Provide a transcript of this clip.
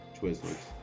Twizzlers